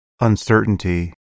uncertainty